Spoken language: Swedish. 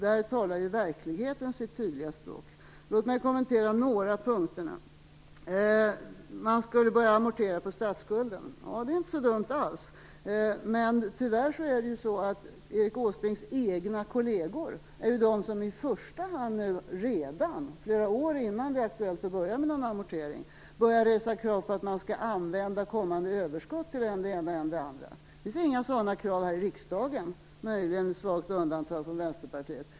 Där talar verkligheten sitt tydliga språk. Låt mig kommentera några av punkterna. Man skall börja amortera på statsskulden. Ja, det är inte dumt alls. Men tyvärr är det Erik Åsbrinks egna kolleger som är de som i första hand redan - flera år innan det är aktuellt att börja med att amortera - har börjat resa krav på att kommande överskott skall användas till än det ena och än det andra. Det finns inga sådana krav från riksdagen, möjligtvis med undantag från Vänsterpartiet.